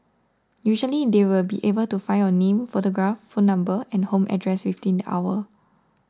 usually they will be able to find your name photograph phone number and home address within the hour